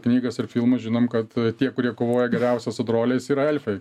knygas ir filmus žinom kad tie kurie kovoja geriausia su troliais yra elfai